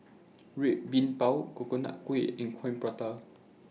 Red Bean Bao Coconut Kuih and Coin Prata